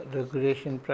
Regulation